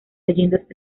leyendas